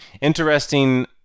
Interesting